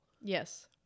Yes